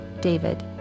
David